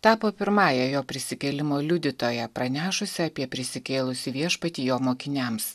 tapo pirmąja jo prisikėlimo liudytoja pranešusi apie prisikėlusį viešpatį jo mokiniams